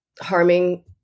harming